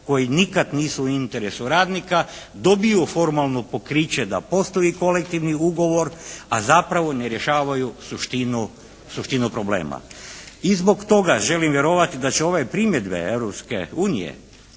koji nikad nisu u interesu radnika, dobiju formalno pokriće da postoji kolektivni ugovor a zapravo ne rješavaju suštinu problema. I zbog toga želim vjerovati da će ove primjedbe